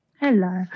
Hello